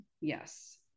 Yes